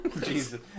Jesus